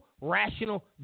rational